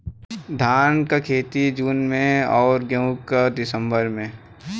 धान क खेती जून में अउर गेहूँ क दिसंबर में?